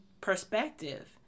perspective